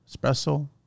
espresso